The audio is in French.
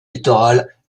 littorale